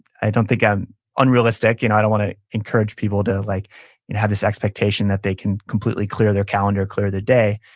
i don't think um unrealistic. you know i don't want to encourage people to like and have this expectation that they can completely clear their calendar or clear their day,